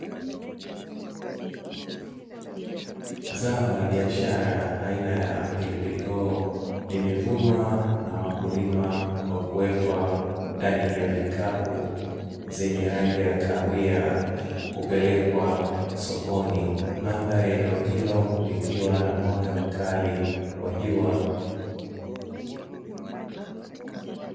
Zao la biashara aina ya pilipili hoho limevunwa na wakulima kwa kuwekwa ndani ya vikapu zenye rangi ya kahawia kupelekwa sokoni mandhari eneo hilo likiwa na mwanga mkali wa jua.